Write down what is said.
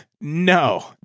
No